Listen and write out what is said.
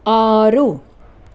ఆరు